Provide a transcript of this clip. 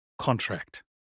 contract